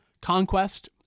Conquest